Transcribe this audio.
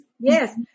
yes